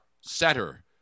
setter